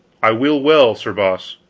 i will well, sir boss,